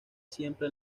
siempre